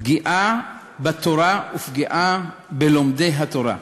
פגיעה בתורה ופגיעה בלומדי התורה,